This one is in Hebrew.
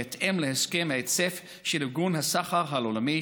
ובהתאם להסכם ההיצף של ארגון הסחר העולמי,